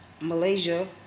Malaysia